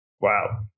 Wow